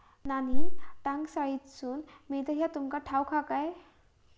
नाणी टांकसाळीतसून मिळतत ह्या तुमका ठाऊक हा काय